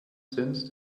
since